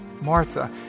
Martha